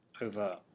over